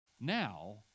now